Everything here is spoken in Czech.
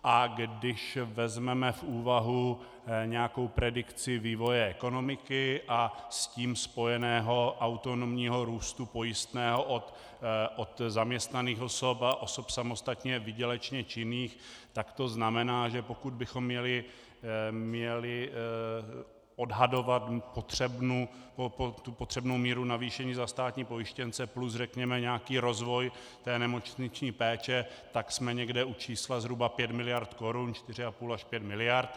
A když vezmeme v úvahu nějakou predikci vývoje ekonomiky a s tím spojeného autonomního růstu pojistného od zaměstnaných osob a osob samostatně výdělečně činných, tak to znamená, že pokud bychom měli odhadovat potřebnou míru navýšení za státní pojištěnce plus řekněme nějaký rozvoj té nemocniční péče, tak jsme někde u čísla zhruba 5 mld. korun, 4,5 až 5 mld.